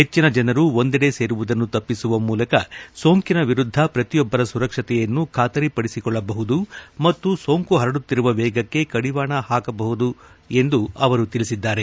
ಹೆಚ್ಚಿನ ಜನರು ಒಂದೆಡೆ ಸೇರುವುದನ್ನು ತಪ್ಪಿಸುವ ಮೂಲಕ ಸೋಂಕಿನ ವಿರುದ್ದ ಪ್ರತಿಯೊಬ್ಲರ ಸುರಕ್ಷತೆಯನ್ನು ಖಾತರಿ ಪಡಿಸಿಕೊಳ್ಬಹುದು ಮತ್ತು ಸೋಂಕು ಪರಡುತ್ತಿರುವ ವೇಗಕ್ಕೆ ಕಡಿವಾಣ ಹಾಕಬಹುದು ಎಂದು ಅವರು ತಿಳಿಸಿದ್ದಾರೆ